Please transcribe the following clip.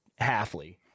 halfly